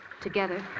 together